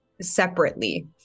separately